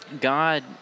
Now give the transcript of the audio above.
God